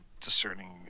discerning